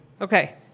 Okay